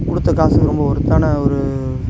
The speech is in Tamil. கொடுத்த காசுக்கு ரொம்ப ஒர்த்தான ஒரு